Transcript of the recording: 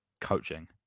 coaching